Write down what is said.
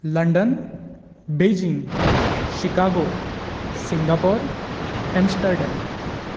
London Beijing Chicago Singapore Amsterdam